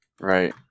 Right